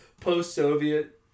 post-Soviet